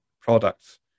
products